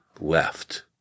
left